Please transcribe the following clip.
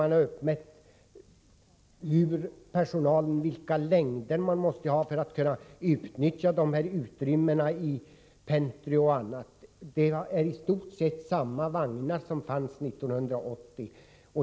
Man har t.ex. inte mätt upp vilka längder som behövs för att utrymmena i pentryn etc. skall kunna utnyttjas. Vidare används i stort sett samma vagnar som man hade 1980.